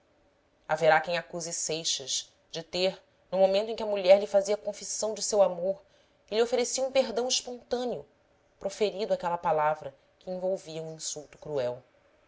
haverá quem acuse seixas de ter no momento em que a mulher lhe fazia confissão de seu amor e lhe oferecia um perdão espantâneo proferido aquela palavra que envolvia um insulto cruel